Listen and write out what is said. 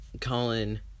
Colin